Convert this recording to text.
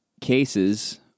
cases